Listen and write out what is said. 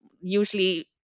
usually